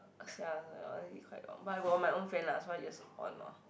sia but I got my own fan lah so I just on lor